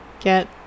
get